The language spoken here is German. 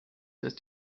dass